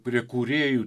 prie kūrėjų